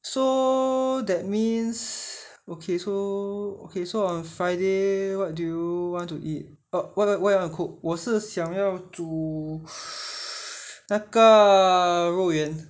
so that means okay so okay so on friday what do you want to eat oh what what I want to cook 我是想要煮 那个肉圆